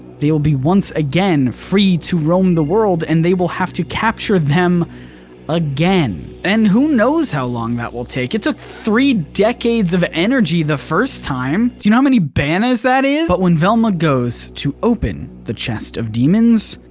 they will be once again free to roam the world and they will have to capture them again. and who knows how long that will take, it took three decades of energy the first time. do you know how many banas that is? but when velma goes to open the chest of demons.